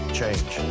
change